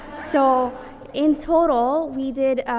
so in total, we did, ah,